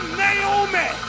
naomi